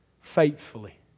faithfully